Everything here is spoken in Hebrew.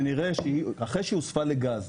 ונראה שאחרי שהוסבה לגז,